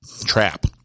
trap